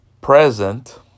present